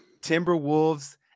Timberwolves